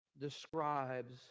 describes